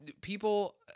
people